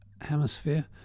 hemisphere